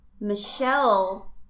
Michelle